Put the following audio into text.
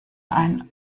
ein